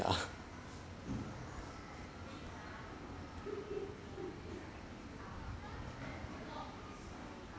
yeah